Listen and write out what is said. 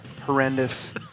horrendous